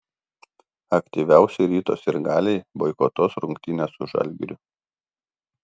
aktyviausi ryto sirgaliai boikotuos rungtynes su žalgiriu